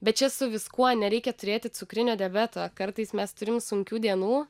bet čia su viskuo nereikia turėti cukrinio diabeto kartais mes turim sunkių dienų